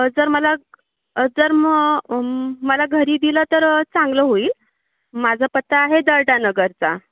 sir मला sir म मग मला घरी दिलं तर चांगलं होईल माझा पत्ता आहे दर्डानगरचा